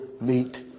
meet